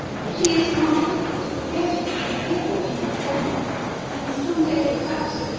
she is not likely to forget or to forgive what you have done and some day, perhaps.